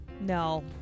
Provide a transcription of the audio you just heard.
No